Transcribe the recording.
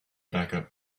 backup